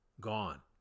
gone